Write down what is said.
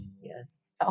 Yes